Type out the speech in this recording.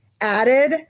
added